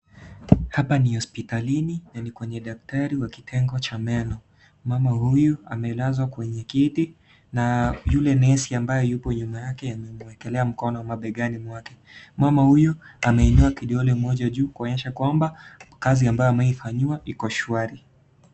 Hapa ni hospitalini na ni kwenye daktari wa kitengo cha meno. Mama huyu amelazwa kwenye kiti na yule nesi ambaye yupo nyuma yake amemwekelea mkono mabegani mwake. Mama huyu ameinua kidole moja juu kuonyesha kwamba, kazi ambayo ameifanyiwa iko shwari.